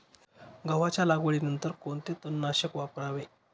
गव्हाच्या लागवडीनंतर कोणते तणनाशक वापरावे?